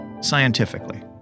scientifically